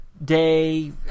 day